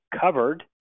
covered